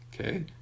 okay